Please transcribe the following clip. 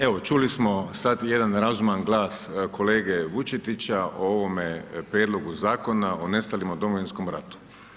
Evo, čuli smo sada jedan razuman glas kolege Vučetića o ovome prijedlogu zakona, o nestalima u Domovinskom ratu.